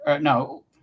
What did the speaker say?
no